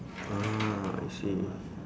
ah I see